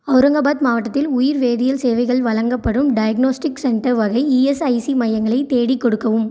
அவுரங்காபாத் மாவட்டத்தில் உயிர்வேதியியல் சேவைகள் வழங்கப்படும் டயக்னோஸ்டிக்ஸ் சென்டர் வகை இஎஸ்ஐசி மையங்களை தேடிக் கொடுக்கவும்